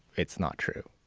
it's not true.